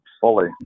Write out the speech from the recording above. fully